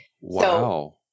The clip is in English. Wow